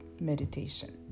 meditation